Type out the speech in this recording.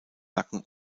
nacken